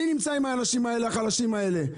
אני נמצא עם האנשים האלה, החלשים האלה.